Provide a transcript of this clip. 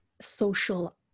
social